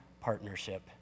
partnership